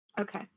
Okay